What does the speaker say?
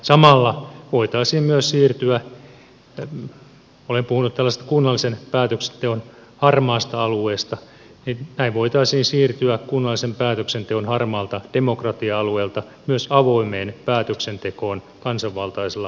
samalla voitaisiin myös siirtyä olen puhunut tällaisesta kunnallisen päätöksenteon harmaasta alueesta kunnallisen päätöksenteon harmaalta demokratia alueelta myös avoimeen päätöksentekoon kansanvaltaisella maakuntahallinnolla